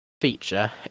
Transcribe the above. feature